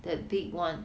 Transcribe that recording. the big [one]